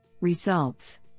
Results